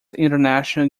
international